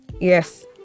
Yes